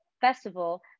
festival